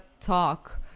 talk